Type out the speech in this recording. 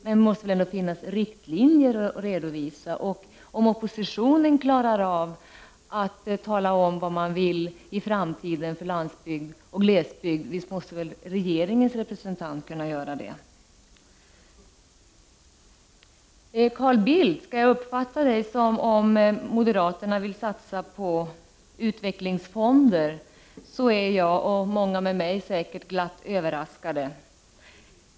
Men det måste väl ändå finnas riktlinjer att redovisa, och om oppositionen klarar av att tala om vad man vill i framtiden för landsbygd och glesbygd, måste väl regeringens representant kunna göra det. Skall jag uppfatta Carl Bildt som om moderaterna vill satsa på utvecklingsfonder, så är jag och många med mig glatt överraskade.